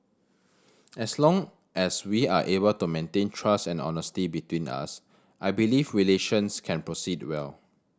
as long as we are able to maintain trust and honesty between us I believe relations can proceed well